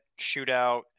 shootout